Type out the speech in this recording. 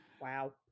wow